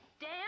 Dan